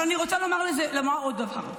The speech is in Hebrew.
אבל אני רוצה לומר עוד דבר.